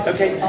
Okay